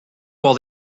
while